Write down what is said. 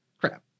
crap